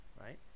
right